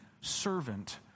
servant